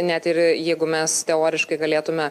net ir jeigu mes teoriškai galėtume